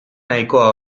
nahikoa